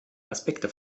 aspekte